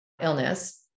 illness